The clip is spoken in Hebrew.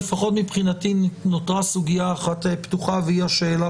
לפחות מבחינתי נותרה סוגיה אחת פתוחה והיא השאלה